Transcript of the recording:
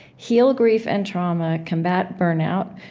heal grief and trauma, combat burnout,